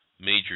Major